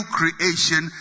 creation